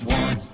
one